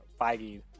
Feige